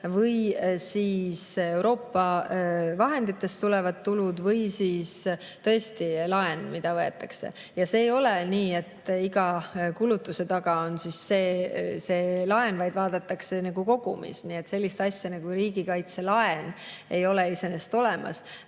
või siis Euroopa vahenditest tulevad tulud, samuti tõesti laen, mis võetakse. See ei ole nii, et teatud kulutuse taga on [konkreetne] laen, ikka vaadatakse nagu kogumis. Nii et sellist asja nagu riigikaitselaen ei ole iseenesest olemas,